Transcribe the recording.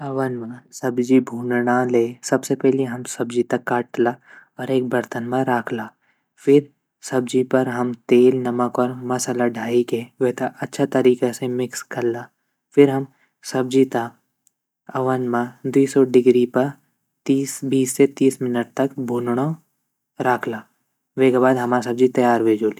चिकन पकोंणा ले सबसे पैली हम जू चिकन ची वेता ध्वोला वेगा बाद वेगा छोटा छोटा टुकड़ा कल्ला फिर योक पैन म तेल गरम कल्ला और वेमा हम प्याज़ और अदरक लहसुन पेस्ट डाला फिर वेगा बाद हम चिकन और मसाला डाला फिर यूँ त अच्छा तरीक़ा से मिक्स कल्ला वेगा बाद पंद्रा से बीस मिनट तक यूँ त पकोंला वेगा बाद हमा जू चिकन ची ऊ पक जोलू।